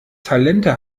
talente